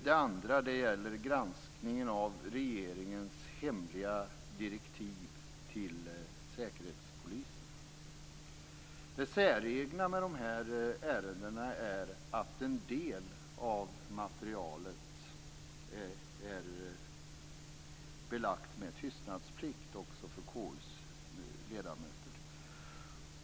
Den andra gäller granskningen av regeringens hemliga direktiv till Säkerhetspolisen. Det säregna med de här ärendena är att en del av materialet är belagt med tystnadsplikt också för KU:s ledamöter.